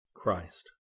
Christ